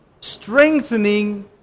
strengthening